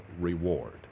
reward